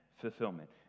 fulfillment